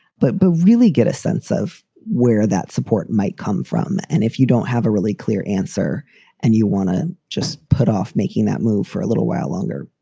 but but really really get a sense of where that support might come from. and if you don't have a really clear answer and you want to just put off making that move for a little while longer,